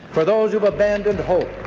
for those who've abandoned hope,